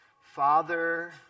Father